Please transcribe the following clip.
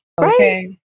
Okay